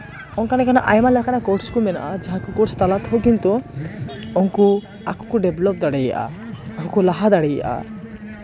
ᱚᱱᱠᱟ ᱞᱮᱠᱟᱱᱟᱜ ᱟᱭᱢᱟ ᱞᱮᱠᱟᱱᱟᱜ ᱠᱳᱨᱥ ᱠᱚ ᱢᱮᱱᱟᱜᱼᱟ ᱡᱟᱦᱟᱸ ᱠᱚᱫᱚ ᱠᱳᱨᱥ ᱛᱟᱞᱟ ᱛᱮᱦᱚᱸ ᱠᱤᱱᱛᱩ ᱩᱱᱠᱩ ᱟᱠᱚ ᱠᱚ ᱰᱮᱵᱷᱞᱚᱯ ᱫᱟᱲᱮᱭᱟᱜᱼᱟ ᱩᱱᱠᱩ ᱠᱚ ᱞᱟᱦᱟ ᱫᱟᱲᱮᱭᱟᱜᱼᱟ